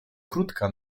krótka